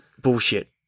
bullshit